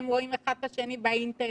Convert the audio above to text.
הם רואים אחד את השני באינטרנט,